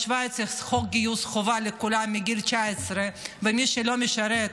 בשווייץ יש חוק גיוס חובה לכולם מגיל 19. מי שלא משרת,